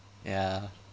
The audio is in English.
ya